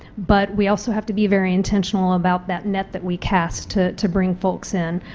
but we also have to be very intentional about that not that we cast to to bring folks in.